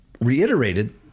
reiterated